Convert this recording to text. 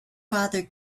father